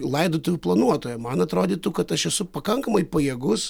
laidotuvių planuotoją man atrodytų kad aš esu pakankamai pajėgus